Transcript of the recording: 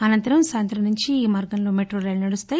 అనంతరం సాయంతం నుంచి ఈ మార్గంలో మెట్రోరైళ్లు నడుస్తాయి